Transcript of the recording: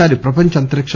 ఈసారి ప్రపంచ అంతరిక